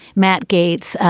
matt gates,